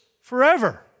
forever